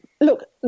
Look